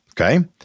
okay